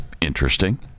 interesting